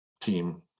team